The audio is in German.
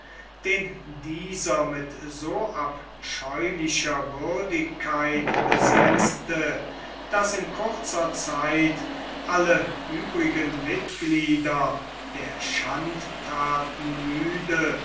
den dieser mit so abscheulicher würdigkeit besetzte daß in kurzer zeit alle übrigen mitglieder der schandtaten müde